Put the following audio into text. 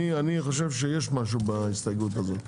אני חושב שיש משהו בהסתייגות הזאת.